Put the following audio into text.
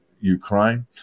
Ukraine